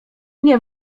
nie